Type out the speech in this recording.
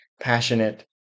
passionate